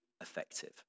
effective